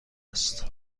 است